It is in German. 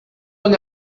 eine